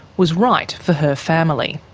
was right for her family.